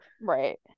right